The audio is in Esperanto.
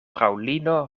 fraŭlino